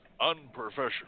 unprofessional